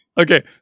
Okay